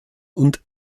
und